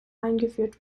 eingeführt